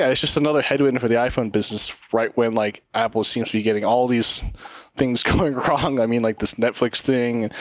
ah it's another headwind for the iphone business right when like apple seems to be getting all these things going wrong. i mean like this netflix thing,